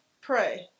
Pray